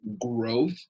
growth